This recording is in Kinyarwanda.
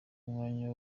umwanya